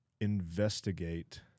investigate